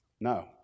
No